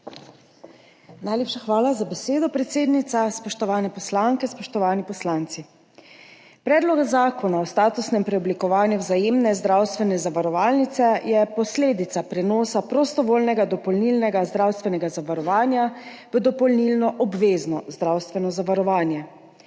Najlepša hvala za besedo, predsednica. Spoštovane poslanke, spoštovani poslanci! Predlog zakona o statusnem preoblikovanju Vzajemne zdravstvene zavarovalnice je posledica prenosa prostovoljnega dopolnilnega zdravstvenega zavarovanja v dopolnilno obvezno zdravstveno zavarovanje.